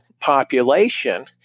population